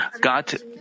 God